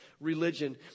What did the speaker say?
religion